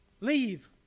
Leave